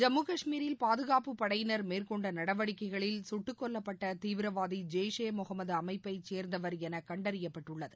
ஜம்மு கஷ்மீரில் பாதகாப்பு படையினர் மேற்கொண்ட நடவடிக்கைகளில் கட்டுக்கொல்லப்பட்ட தீவிரவாதி ஜெய்ஷே முகமது அமைப்பைச் சேர்ந்தவர் என கண்டறியப்பட்டுள்ளது